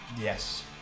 Yes